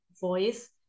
voice